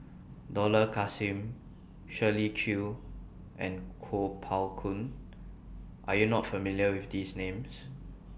Dollah Kassim Shirley Chew and Kuo Pao Kun Are YOU not familiar with These Names